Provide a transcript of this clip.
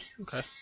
Okay